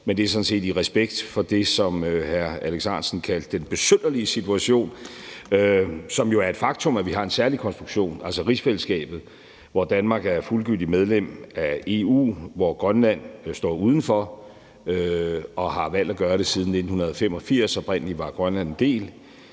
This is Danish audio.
Men det er sådan set også i respekt for det, som hr. Alex Ahrendtsen kaldte den besynderlige situation, som jo er et faktum, nemlig at vi har en særlig konstruktion, altså rigsfællesskabet, hvor Danmark er fuldgyldigt medlem af EU, hvor Grønland står uden for og har valgt at gøre siden 1985 – oprindelig var Grønland en del